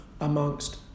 amongst